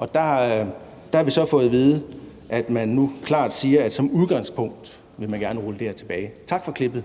kr. Der har vi så fået at vide, at man nu klart siger, at som udgangspunkt vil man gerne rulle det her tilbage. Tak for klippet.